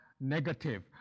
negative